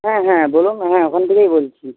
হ্যাঁ হ্যাঁ বলুন হ্যাঁ ওখান থেকেই বলছি